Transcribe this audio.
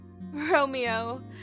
Romeo